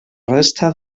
resta